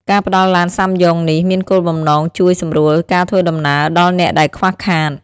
ការផ្តល់ឡានសាំយ៉ុងនេះមានគោលបំណងជួយសម្រួលការធ្វើដំណើរដល់អ្នកដែលខ្វះខាត។